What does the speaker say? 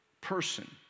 person